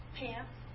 pants